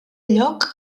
lloc